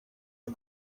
y’u